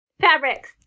Fabrics